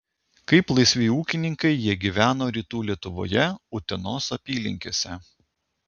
kaip laisvi ūkininkai jie gyveno rytų lietuvoje utenos apylinkėse